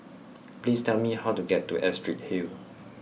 please tell me how to get to Astrid Hill